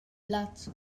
plant